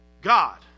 God